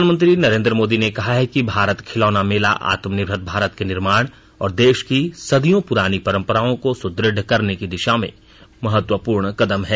प्रधानमंत्री नरेन्द्र मोदी ने कहा है कि भारत खिलौना मेला आत्मनिर्भर भारत के निर्माण और देश की सदियों पुरानी परंपराओं को सुद्रढ़ करने की दिशा में महत्वपूर्ण कदम है